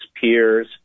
peers